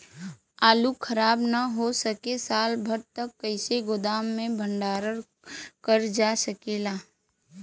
आलू खराब न हो सके साल भर तक कइसे गोदाम मे भण्डारण कर जा सकेला?